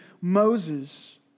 Moses